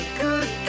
good